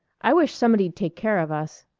i wish somebody'd take care of us.